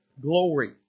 glory